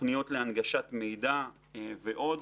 תוכניות להנגשת מידע ועוד.